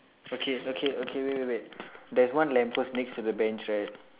okay okay okay wait wait wait there's one lamp post next to the bench right